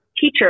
teacher